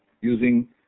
using